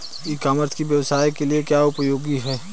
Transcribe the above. ई commerce की व्यवसाय के लिए क्या उपयोगिता है?